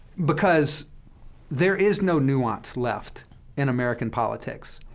because there is no nuance left in american politics.